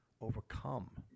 overcome